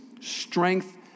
strength